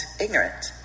ignorant